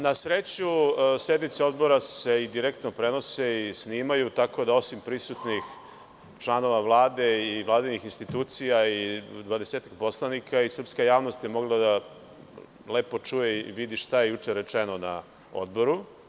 Na sreću sednice odbora se direktno prenose i snimaju, tako da osim prisutnih članova Vlade i Vladinih institucija i dvadesetak poslanika i srpska javnost je mogla da lepo čuje i vidi šta je juče rečeno na odboru.